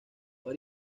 par